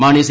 Mani C